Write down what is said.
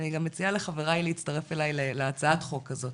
אני גם מציעה לחבריי להצטרף אליי להצעת החוק הזאת.